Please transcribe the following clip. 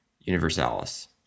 Universalis